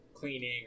Cleaning